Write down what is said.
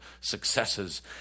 successes